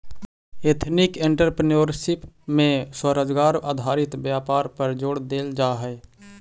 ethnic entrepreneurship में स्वरोजगार आधारित व्यापार पर जोड़ देल जा हई